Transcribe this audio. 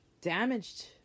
damaged